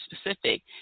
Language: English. specific